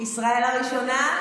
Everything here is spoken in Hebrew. ישראל הראשונה?